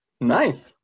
Nice